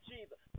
Jesus